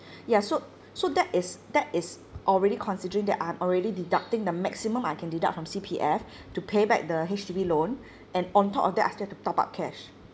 ya so so that is that is already considering that I'm already deducting the maximum I can deduct from C_P_F to pay back the H_D_B loan and on top of that I still have to top up cash